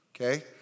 okay